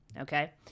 okay